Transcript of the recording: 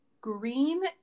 Green